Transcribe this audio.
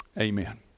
amen